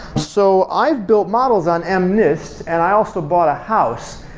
so i've built models on ah mnist and i also bought a house.